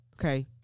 okay